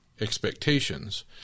expectations